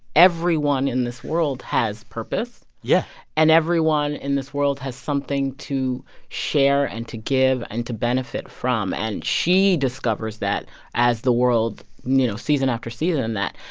everyone in this world has purpose, yeah and everyone in this world has something to share and to give and to benefit from. and she discovers that as the world you know, season after season that,